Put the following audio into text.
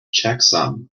checksum